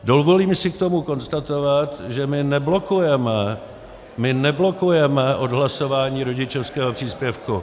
Dovolím si k tomu konstatovat, že my neblokujeme, my neblokujeme odhlasování rodičovského příspěvku.